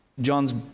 John's